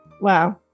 Wow